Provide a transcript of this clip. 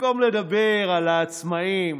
במקום לדבר על העצמאים